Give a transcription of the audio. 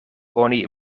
oni